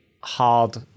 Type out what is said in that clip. hard